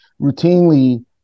routinely